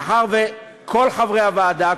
מאחר שכל חברי הוועדה,